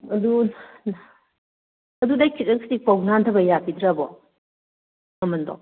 ꯑꯗꯨ ꯑꯗꯨꯗꯩ ꯈꯤꯖꯤꯛ ꯈꯤꯖꯤꯛꯐꯧ ꯅꯥꯟꯊꯕ ꯌꯥꯕꯤꯗ꯭ꯔꯕꯣ ꯃꯃꯜꯗꯣ